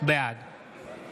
בעד